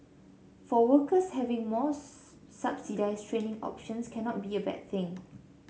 for workers having more subsidised training options cannot be a bad thing